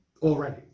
Already